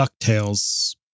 ducktales